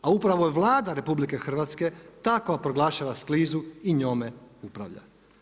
A upravo je Vlada RH ta koja proglašava krizu i njome upravlja.